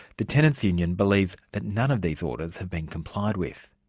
the tenants' union believes that none of these orders have been complied with.